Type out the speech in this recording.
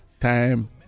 time